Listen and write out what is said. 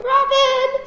Robin